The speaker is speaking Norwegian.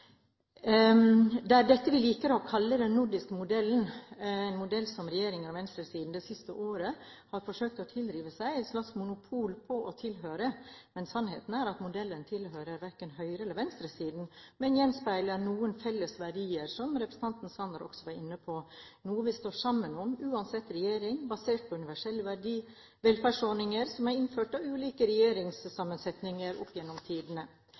Det er dette vi liker å kalle den nordiske modellen, en modell som regjeringen og venstresiden det siste året har forsøkt å tilrive seg et slags monopol på å tilhøre. Sannheten er at modellen tilhører verken høyre- eller venstresiden, men gjenspeiler noen felles verdier, som representanten Sanner også var inne på – noe vi står sammen om, uansett regjering, basert på universelle velferdsordninger som er innført av ulike regjeringssammensetninger opp gjennom tidene.